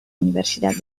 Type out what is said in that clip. universidad